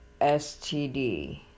STD